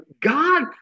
God